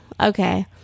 okay